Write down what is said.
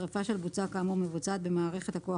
שריפה של בוצה כאמור מבוצעת במערכת הכוח